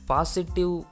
Positive